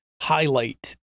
highlight